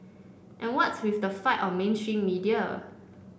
and what's with the fight on mainstream media